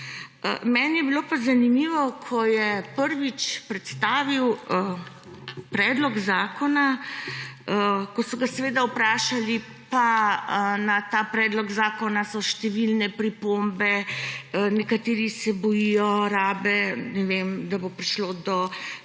Meni je bilo pa zanimivo, ko je prvič predstavil predlog zakona, ko so ga vprašali, pa na ta predlog zakona so številne pripombe, nekateri se bojijo rabe, ne vem, da bo prišlo do pretirane